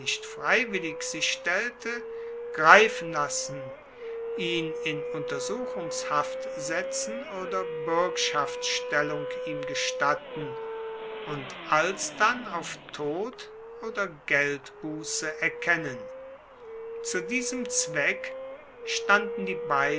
freiwillig sich stellte greifen lassen ihn in untersuchungshaft setzen oder buergschaftstellung ihm gestatten und alsdann auf tod oder geldbusse erkennen zu diesem zweck standen die